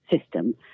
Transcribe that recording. system